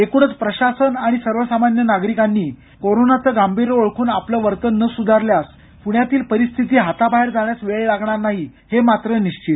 एकूणच प्रशासन आणि सर्वसामान्य नागरिकांनी कोरोनाचं गांभीर्य ओळखून आपलं वर्तन न सुधारल्यास मात्र पुण्यातील परिस्थिती हाताबाहेर जाण्यास वेळ लागणार नाही हे निश्चित